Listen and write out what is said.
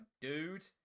dude